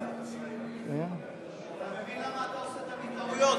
אתה מבין למה אתה עושה תמיד טעויות?